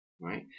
right